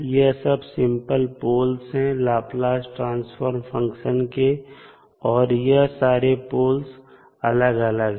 यह सब simple poles हैं लाप्लास ट्रांसफॉर्म फंक्शन के और यह सारे पोल्स अलग अलग हैं